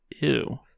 Ew